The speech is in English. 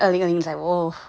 二零二零 is like !woo!